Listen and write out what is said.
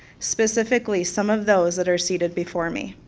specifically some of those that are seated before me.